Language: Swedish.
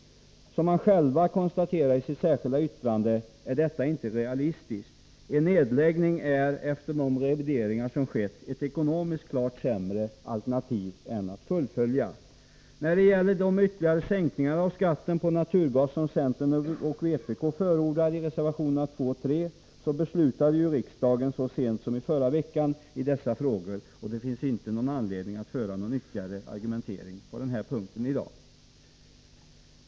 Som de själva konstaterar i sitt särskilda yttrande är det inte realistiskt. En nedläggning är, efter de revideringar som skett, ett ekonomiskt klart sämre alternativ än att fullfölja projektet. När det gäller de ytterligare sänkningar av skatten på naturgas som centern och vpk förordar i reservationerna 2 och 3, beslutade ju riksdagen så sent som i förra veckan i dessa frågor. Det finns inte någon anledning att föra någon ytterligare argumentering på denna punkt i dag.